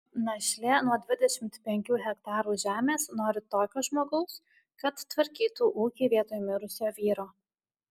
našlė nuo dvidešimt penkių hektarų žemės nori tokio žmogaus kad tvarkytų ūkį vietoj mirusio vyro